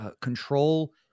control